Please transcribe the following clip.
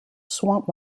swamp